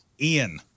Ian